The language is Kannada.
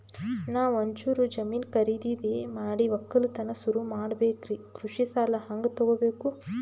ನಾ ಒಂಚೂರು ಜಮೀನ ಖರೀದಿದ ಮಾಡಿ ಒಕ್ಕಲತನ ಸುರು ಮಾಡ ಬೇಕ್ರಿ, ಕೃಷಿ ಸಾಲ ಹಂಗ ತೊಗೊಬೇಕು?